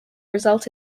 result